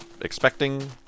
expecting